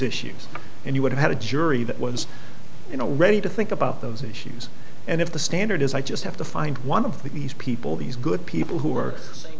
issues and you would have had a jury that was you know ready to think about those issues and if the standard is i just have to find one of these people these good people who are